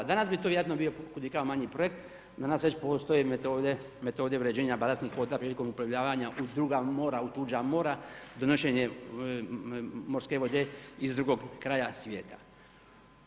Danas bi to vjerojatno bio kudikamo manji projekt, danas već postoje metode uređenja balastnih voda priliko uplovljavanja u druga mora, u tuđa mora, donošenje morske vode iz drugog kraja svijeta.